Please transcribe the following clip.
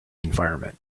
environment